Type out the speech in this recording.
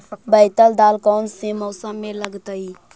बैतल दाल कौन से मौसम में लगतैई?